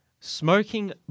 Smoking